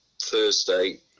Thursday